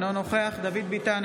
אינו נוכח דוד ביטן,